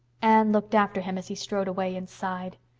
anne looked after him as he strode away, and sighed.